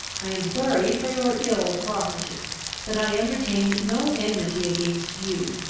i am sorry for your ill properties but i entertain no enmity against you,